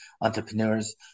entrepreneurs